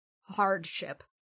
hardship